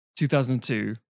2002